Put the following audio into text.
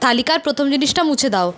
তালিকার প্রথম জিনিসটা মুছে দাও